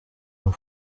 jean